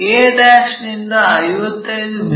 a' ನಿಂದ 55 ಮಿ